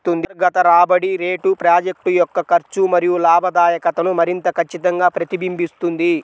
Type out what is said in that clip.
అంతర్గత రాబడి రేటు ప్రాజెక్ట్ యొక్క ఖర్చు మరియు లాభదాయకతను మరింత ఖచ్చితంగా ప్రతిబింబిస్తుంది